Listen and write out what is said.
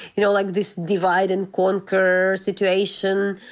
you know, like this divide and conquer situation.